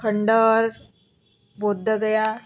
खंडर बौद्धगया